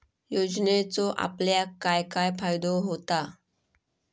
योजनेचो आपल्याक काय काय फायदो होता?